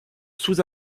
sous